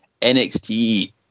NXT